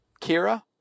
Kira